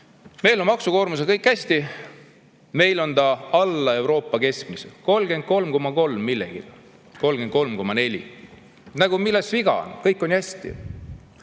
Meil on maksukoormusega kõik hästi. Meil on ta alla Euroopa keskmise: 33,3% millegagi, 33,4%. Mis viga on? Kõik on ju hästi!